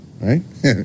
right